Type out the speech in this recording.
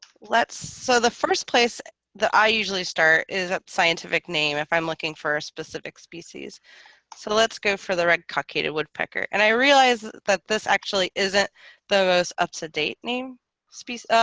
let's so the first place that i usually start is a scientific name if i'm looking for a specific species so let's go for the red-cockaded woodpecker. and i realize that this actually isn't the most up-to-date name species ah,